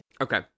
Okay